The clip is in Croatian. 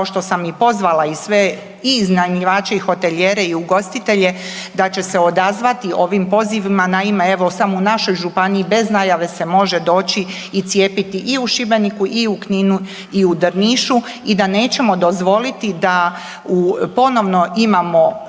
što sam i pozvala i sve iz iznajmljivače i hotelijere i ugostitelje da će se odzvati ovim pozivima. Naime, evo samo u našoj županiji, bez najave se može doći i cijepiti i u Šibeniku i u Kninu i u Drnišu i da nećemo dozvoliti da ponovno imamo